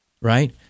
right